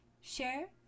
share